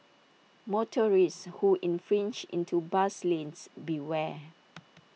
motorists who infringe into bus lanes beware